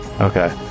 Okay